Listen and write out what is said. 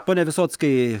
pone visockai